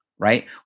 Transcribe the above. right